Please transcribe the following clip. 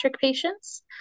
patients